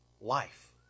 life